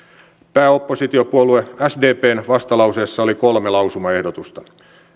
pääoppositiopuolue sdpn vastalauseessa oli kolme lausumaehdotusta